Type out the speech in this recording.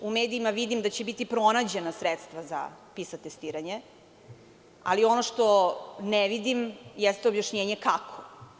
U medijima vidim da će biti pronađena sredstva za PISA testiranje, ali ono što ne vidim jeste objašnjenje kako.